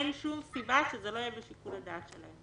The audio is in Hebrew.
אין שום סיבה שזה לא יהיה בשיקול הדעת שלהם